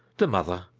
the mother,